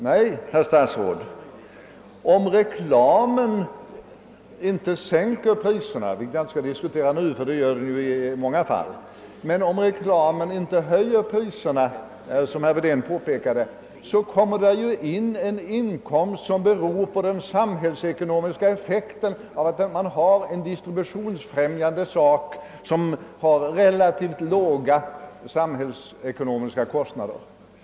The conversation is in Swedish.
Nej, herr statsråd, även om reklamen inte sänker priserna, vilket jag inte skall diskutera nu — det gör den i många fall — så kommer det ju, som herr Wedén påpekade, om reklamen inte höjer priserna in en inkomst som beror på den samhällsekonomiska effekten av att man har en distributionsfrämjande anordning med relativt låga samhällsekonomiska kostnader.